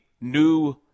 new –